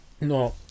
No